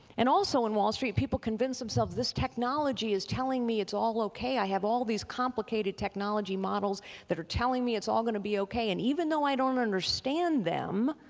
and also on wall street people convinced themselves this technology is telling me it's all okay. i have all these complicated technology models that are telling me it's all going to be okay and even though i don't understand them,